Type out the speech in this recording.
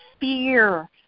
fear